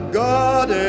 god